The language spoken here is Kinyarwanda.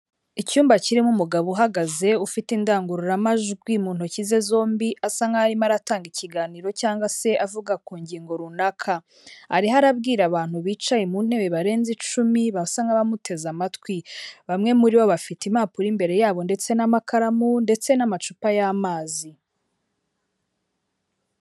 Icyumba kirimo umugabo uhagaze ufite indangururamajwi mu ntoki ze zombi asa nkaho arimo aratanga ikiganiro, cyangwa se avuga ku ngingo runaka. Ariho arabwira abantu bicaye mu ntebe barenze icumi basa nk'abamuteze amatwi, bamwe muri bo bafite impapuro imbere yabo ndetse n'amakaramu ndetse n'amacupa y'amazi.